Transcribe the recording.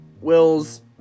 Wills